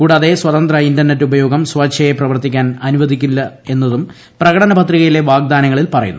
കൂടാതെ സ്വതന്ത്ര ഇന്റർനെറ്റ് ഉപയോഗം സ്വച്ഛേയാ പ്രവർത്തിക്കാൻ അനുവദിക്കില്ലെന്നതും പ്രകടനപത്രികയിലെ വാഗ്ദാനങ്ങളിൽ അധികാരങ്ങൾ പറയുന്നു